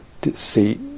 deceit